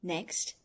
Next